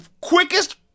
Quickest